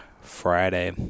Friday